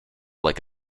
like